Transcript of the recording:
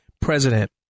president